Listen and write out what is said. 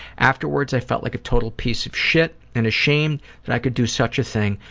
afterwards i felt like a total piece of shit and ashamed that i could do such a thing,